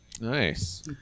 Nice